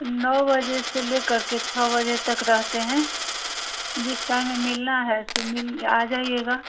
नौ बजे से लेकर के छः बजे तक रहते हैं जिस टाइम में मिलना है सो मिल आ जाइएगा